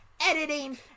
Editing